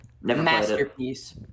masterpiece